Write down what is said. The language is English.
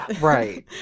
Right